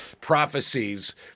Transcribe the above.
prophecies